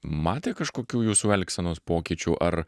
matė kažkokių jūsų elgsenos pokyčių ar